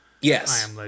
Yes